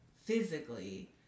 physically